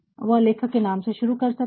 वह लेखक के नाम से शुरू कर सकते हैं